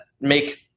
make